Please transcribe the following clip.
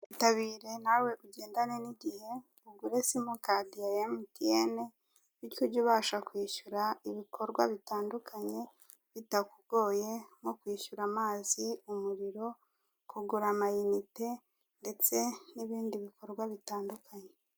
Itabire nawe ugendane n'igihe, ugure simukadi ya MTN, bityo ujye ubasha kwishyura ibikorwa bitandukanye bitakugoye, nko kwishyura amazi, umuriro, kugura amayinite, ndetse n'ibindi bikorwa bitandukanye.